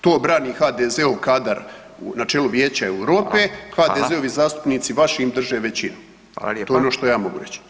To brani HDZ-ov kadar na čelu Vijeća Europe, HDZ-ovi zastupnici vašim drže većinu, to je ono što ja mogu reći.